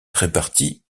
réparties